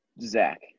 Zach